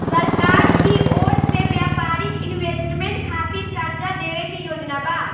सरकार की ओर से व्यापारिक इन्वेस्टमेंट खातिर कार्जा देवे के योजना बा